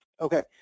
Okay